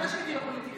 לפני שהייתי בפוליטיקה,